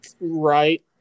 Right